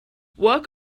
work